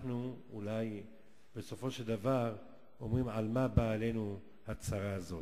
אנחנו בסופו של דבר אומרים: על מה באה עלינו הצרה הזאת?